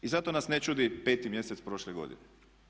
I zato nas ne čudi 5. mjesec prošle godine.